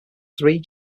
three